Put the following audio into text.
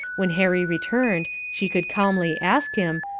when harry returned she could calmly ask him,